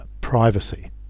privacy